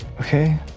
Okay